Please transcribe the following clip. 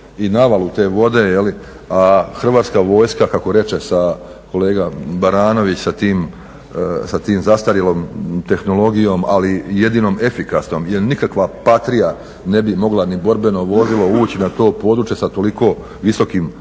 Hrvatska vojska kako reče kolega Baranović sa tom zastarjelom tehnologijom ali jedinom efikasnom jer nikakva Patria ne bi mogla ni borbeno vozilo ući na to područje sa toliko visokim vodostajem